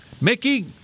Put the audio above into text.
Mickey